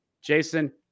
jason